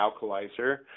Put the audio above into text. Alkalizer